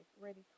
Ready